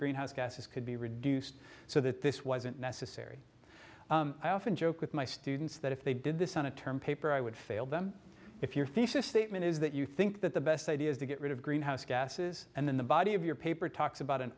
greenhouse gases could be reduced so that this wasn't necessary i often joke with my students that if they did this on a term paper i would fail them if your thesis statement is that you think that the best idea is to get rid of greenhouse gases and then the body of your paper talks about an